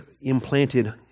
implanted